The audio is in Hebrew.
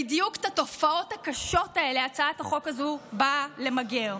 בדיוק את התופעות הקשות האלה הצעת החוק הזו באה למגר.